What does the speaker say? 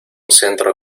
centro